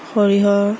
সৰিয়হ